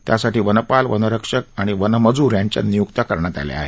त्यासाठी वनपाल वनरक्षक व वनमजूर यांच्या निय्क्त्या करण्यात आल्या आहेत